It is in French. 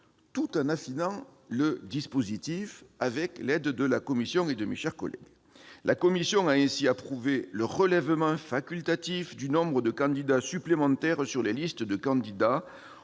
tout en affinant son dispositif, avec l'aide des membres de la commission et de mes chers collègues. La commission a ainsi approuvé le relèvement facultatif du nombre de candidats supplémentaires sur les listes de candidats